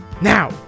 now